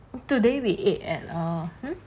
today we ate at err